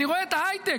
אני רואה את ההייטק,